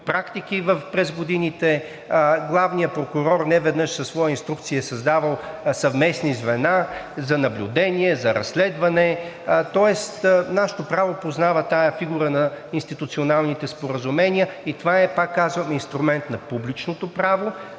практики през годините. Главният прокурор неведнъж със свои инструкции е създавал съвместни звена за наблюдение, за разследване. Тоест нашето право познава тази фигура на институционалните споразумения и това е, пак казвам, инструмент на публичното право,